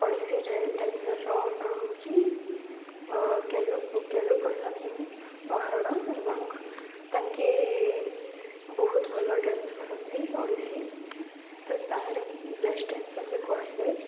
ଓଡ଼ିଶୀ ଡ୍ୟାନ୍ସର୍ର ନାଁ ହେଉଛି କେଳୁପ୍ରସାଦ ମହାରଣା ଏବଂ ତାଙ୍କେ ବହୁତ ଭଲ ଡ୍ୟାନ୍ସ କରନ୍ତି ଓଡ଼ିଶୀ ତ ତାହାରେ ବେଷ୍ଟ୍ ଡ୍ୟାନ୍ସର୍ବି କୁହାଯାଏ